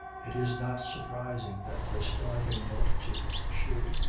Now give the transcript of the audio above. it is not surprising that the starving multitudes should,